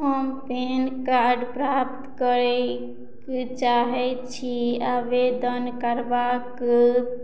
हम pan card प्राप्त करैक चाहैत छी आवेदन करबाक